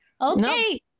Okay